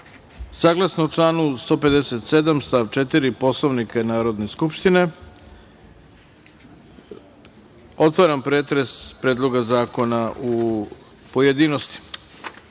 saglasno članu 157. stav 4. Poslovnika Narodne skupštine otvaram pretres Predloga zakona u pojedinostima. Na